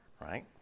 right